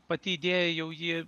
pati idėja jau ji